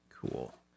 Cool